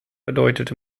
bedeutet